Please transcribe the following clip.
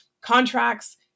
contracts